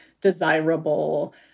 desirable